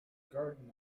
garden